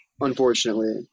unfortunately